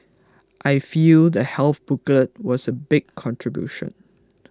I feel the health booklet was a big contribution